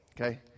Okay